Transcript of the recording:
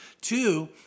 Two